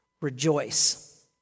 rejoice